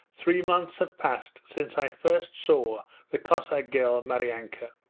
three months have passed since i first saw the cossack girl, maryanka.